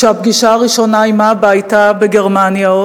כשהפגישה הראשונה עם אבא היתה בגרמניה,